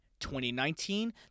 2019